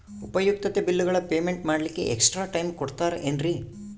ಉಪಯುಕ್ತತೆ ಬಿಲ್ಲುಗಳ ಪೇಮೆಂಟ್ ಮಾಡ್ಲಿಕ್ಕೆ ಎಕ್ಸ್ಟ್ರಾ ಟೈಮ್ ಕೊಡ್ತೇರಾ ಏನ್ರಿ?